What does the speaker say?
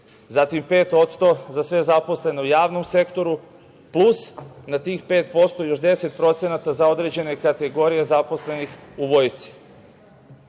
zatim 5% za sve zaposlene u javnom sektoru, plus na tih 5% još 10% za određene kategorije zaposlenih u vojsci. Svi